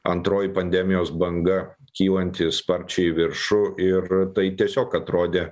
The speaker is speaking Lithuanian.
antroji pandemijos banga kylanti sparčiai į viršų ir tai tiesiog atrodė